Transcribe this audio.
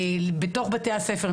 בתוך בתי הספר,